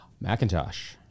Macintosh